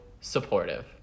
supportive